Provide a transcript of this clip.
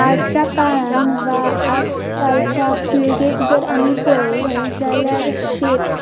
आजच्या काळान वा आज कालच्या पिळगेक जर आमी पळयलें जाल्यार शेत